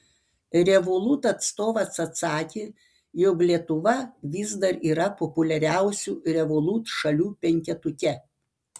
revolut atstovas atsakė jog lietuva vis dar yra populiariausių revolut šalių penketuke